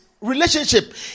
relationship